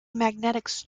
magnetic